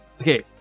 Okay